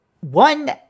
one